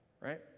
Right